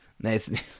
Nice